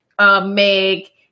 Meg